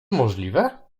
możliwe